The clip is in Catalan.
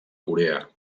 corea